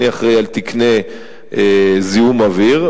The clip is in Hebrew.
אני אחראי לתקני זיהום אוויר,